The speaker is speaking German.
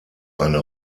eine